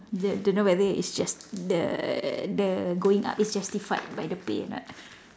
d~ don't know whether it's just~ the the going up is justified by the pay or not